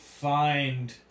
find